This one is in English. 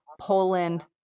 Poland